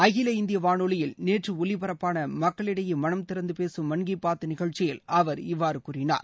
அகில இந்திய வானொலியில் நேற்று ஒலிபரப்பான மக்களிடையே மனம் திறந்து பேசும் மன் கீ பாத் நிகழ்ச்சியில் அவர் இவ்வாறு கூறினார்